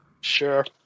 Sure